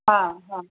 हा हा